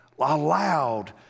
allowed